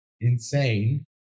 insane